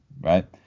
Right